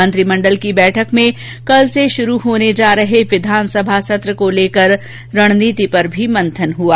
मंत्रीमंडल की बैठक में कल से शुरू होने जा रहे विधानसभा सत्र को लेकर भी रणनीति पर मंथन हुआ